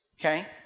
okay